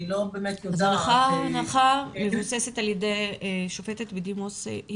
אני לא באמת יודעת ----- -מבוססת על ידי שופטת בדימוס,